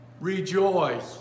Rejoice